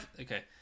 okay